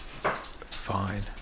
Fine